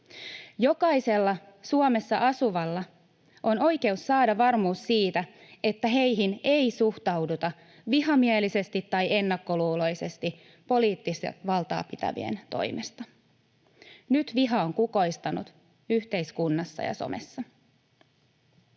Jokaisella Suomessa asuvalla on oikeus saada varmuus siitä, että häneen ei suhtauduta vihamielisesti tai ennakkoluuloisesti poliittista valtaa pitävien toimesta. Nyt viha on kukoistanut yhteiskunnassa ja somessa.